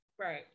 Right